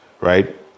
right